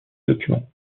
document